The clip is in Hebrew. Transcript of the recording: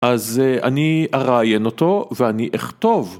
אז אני אראיין אותו ואני אכתוב.